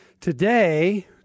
Today